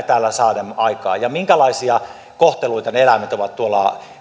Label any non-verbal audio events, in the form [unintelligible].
[unintelligible] täällä saamme aikaan ja minkälaisia kohteluita ne eläimet ovat